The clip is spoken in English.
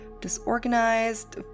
disorganized